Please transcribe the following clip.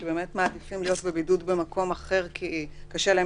שבאמת מעדיפים להיות בבידוד במקום אחר כי קשה להם